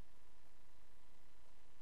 פרגמטית יותר ופתיחות חיובית כלפי שינויים